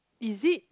is it